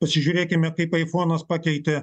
pasižiūrėkime kaip aifonas pakeitė